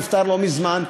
נפטר לא מזמן,